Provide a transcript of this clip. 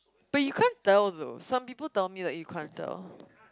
but you can't tell though some people told me that you can't tell